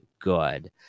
good